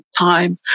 time